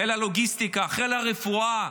חיל הלוגיסטיקה, חיל הרפואה.